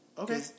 Okay